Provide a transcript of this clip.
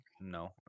No